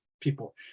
people